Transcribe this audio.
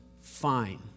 fine